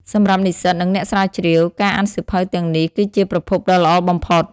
សម្រាប់និស្សិត និងអ្នកស្រាវជ្រាវ ការអានសៀវភៅទាំងនេះគឺជាប្រភពដ៏ល្អបំផុត។